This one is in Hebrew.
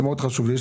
זה מאוד חשוב לי.